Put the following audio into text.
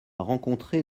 rencontré